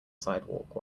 sidewalk